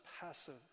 passive